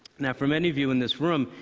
now for many of you in this room,